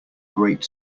great